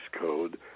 code